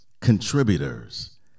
contributors